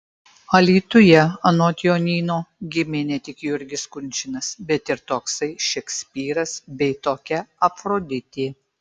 alytuje anot jonyno gimė ne tik jurgis kunčinas bet ir toksai šekspyras bei tokia afroditė